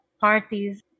parties